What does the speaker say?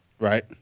Right